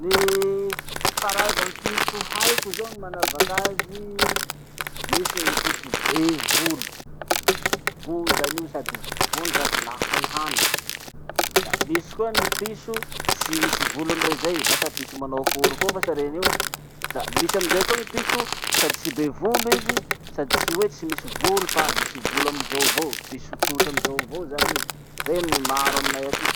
Ny karazam-piso haiko zao ny manavak'azy. Misy gny piso be volo, bodany io sady vondraky la hay hany, la misy koa ny piso tsy misy volony re zay vasa piso manao akory koa vasa reny io, misy aamizay koa ny piso sady tsy be volo izy sady tsy hoe tsy misy volo fa misy volo amizao avao. Piso tsotra amizao avao zany izy. Reny ny maro aminay atiky.